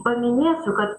paminėsiu kad